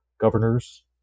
governors